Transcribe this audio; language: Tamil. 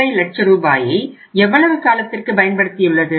5 லட்ச ரூபாயை எவ்வளவு காலத்திற்கு பயன்படுத்தியுள்ளது